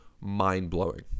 Mind-blowing